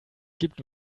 gibt